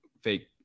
fake